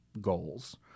goals